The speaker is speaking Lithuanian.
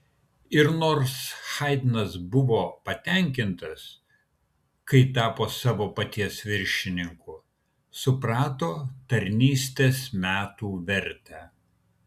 ir nors haidnas buvo patenkintas kai tapo savo paties viršininku suprato tarnystės metų vertę